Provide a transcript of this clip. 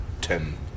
ten